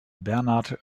bernard